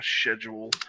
schedule